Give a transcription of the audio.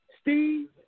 Steve